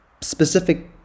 specific